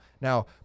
Now